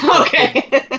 Okay